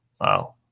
Wow